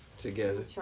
Together